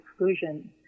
exclusion